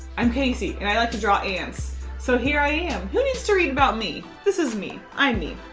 i'm kasey and i like to draw ants. so here i am. who needs to read about me! this is me! i'm me.